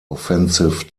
offensive